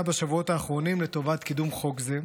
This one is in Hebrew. בשבועות האחרונים לטובת קידום חוק זה,